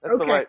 Okay